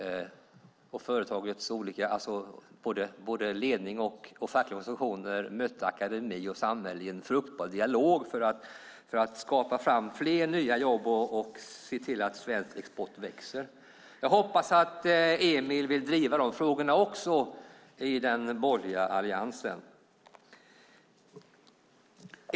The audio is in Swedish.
Företag, både ledning och fackliga organisationer, mötte akademi och samhälle i en fruktbar dialog för att skapa fler nya jobb och se till att svensk export växte. Jag hoppas att Emil vill driva de frågorna också i den borgerliga alliansen.